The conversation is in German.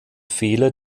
fehler